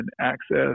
access